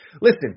listen